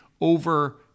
over